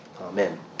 Amen